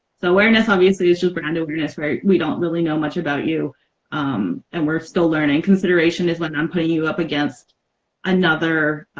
so, awareness obviously is just brand awareness, right? we don't really know much about you and we're still learning. consideration is when i'm putting you up against another